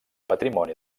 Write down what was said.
patrimoni